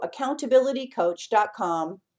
accountabilitycoach.com